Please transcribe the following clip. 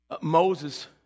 Moses